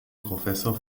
professor